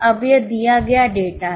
अब यह दिया गया डेटा है